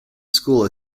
school